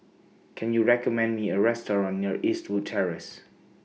Can YOU recommend Me A Restaurant near Eastwood Terrace